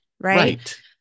Right